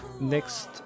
Next